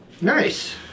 Nice